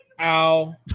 ow